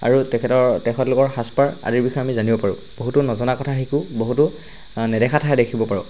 আৰু তেখেতৰ তেখেতলোকৰ সাজপাৰ আদিৰ বিষয়ে আমি জানিব পাৰোঁ বহুতো নজনা কথা শিকোঁ বহুতো নেদেখা ঠাই দেখিব পাৰোঁ